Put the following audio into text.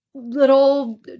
little